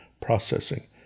processing